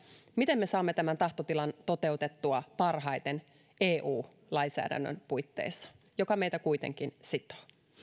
miten me saamme tämän tahtotilan toteutettua parhaiten eu lainsäädännön puitteissa joka meitä kuitenkin sitoo